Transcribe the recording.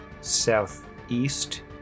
southeast